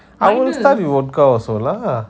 I will start with volka also lah